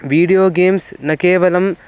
video games न केवलं